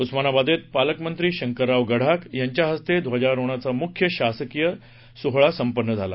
उस्मानाबादेत पालक मंत्री शंकरराव गडाख यांच्या हस्ते ध्वजारोहणाचा मुख्य शासकीय ध्वजारोहण सोहळा संपन्न झाला